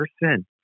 person